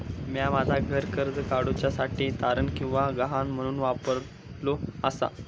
म्या माझा घर कर्ज काडुच्या साठी तारण किंवा गहाण म्हणून वापरलो आसा